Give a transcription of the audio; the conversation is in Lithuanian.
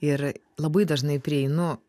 ir labai dažnai prieinu